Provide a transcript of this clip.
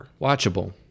Watchable